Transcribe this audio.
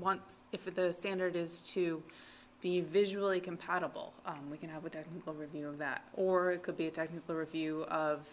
wants it for the standard is to be visually compatible and we can have a technical review of that or it could be a technical review of